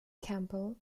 campbell